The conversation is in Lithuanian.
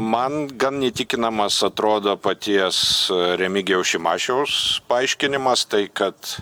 man gan įtikinamas atrodo paties remigijaus šimašiaus paaiškinimas tai kad